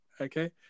Okay